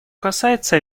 касается